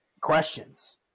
questions